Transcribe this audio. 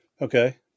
Okay